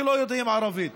כי לא יודעים ערבית.